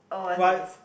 oh what's this